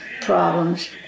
problems